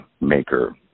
maker